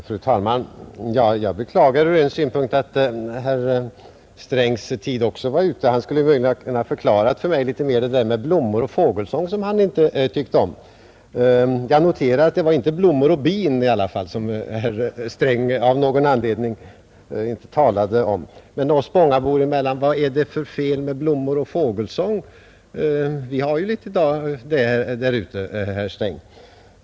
Fru talman! Från en synpunkt beklagar även jag att herr Strängs tid i talarstolen var ute. Herr Sträng skulle nämligen ha kunnat förklara för mig det där med blommor och fågelsång, som han inte tyckte om. Jag noterade ändå att det inte var blommor och bin som herr Sträng av någon anledning talade om. Och, oss Spångabor emellan, vad är det för fel på blommor och fågelsång? Vi har ju litet av det ute hos oss, herr Sträng.